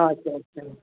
ᱟᱪᱪᱷᱟ ᱟᱪᱪᱷᱟ